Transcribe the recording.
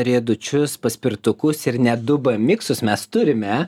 riedučius paspirtukus ir net dubamiksus mes turime